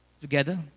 together